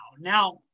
Now